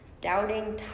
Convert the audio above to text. Doubting